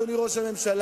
אדוני ראש הממשלה,